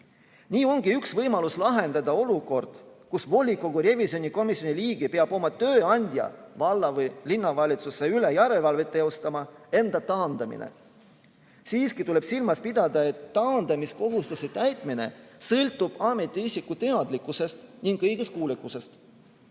Nii ongi üks võimalus lahendada olukord, kus volikogu revisjonikomisjoni liige peab valla- või linnavalitsuses oma tööandja üle järelevalvet teostama, enda taandamine. Siiski tuleb silmas pidada, et taandamiskohustuse täitmine sõltub ametiisiku teadlikkusest ning õiguskuulekusest.